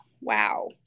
wow